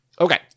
Okay